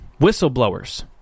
whistleblowers